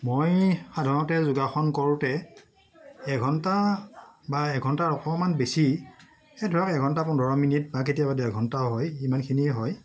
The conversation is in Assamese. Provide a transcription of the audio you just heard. মই সাধাৰণতে যোগাসন কৰোঁতে এঘণ্টা বা এঘণ্টাৰ অকণমান বেছি এই ধৰক এঘণ্টা পোন্ধৰ মিনিট বা কেতিয়াবা ডেৰ ঘণ্টাও হয় ইমানখিনিয়ে হয়